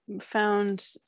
found